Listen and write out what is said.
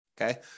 okay